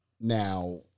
Now